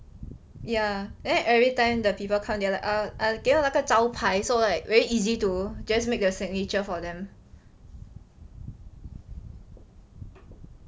ya then every time the people come they will like err 给我那个招牌 so like very easy to just make your signature for them